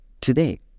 Today